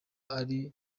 ari